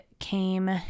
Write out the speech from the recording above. came